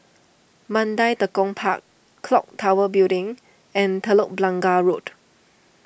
Mandai Tekong Park Clock Tower Building and Telok Blangah Road